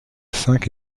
cinq